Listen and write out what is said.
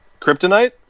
Kryptonite